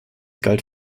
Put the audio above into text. galt